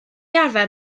arfer